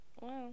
Wow